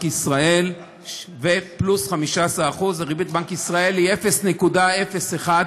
ישראל פלוס 15%. ריבית בנק ישראל היא 0.01,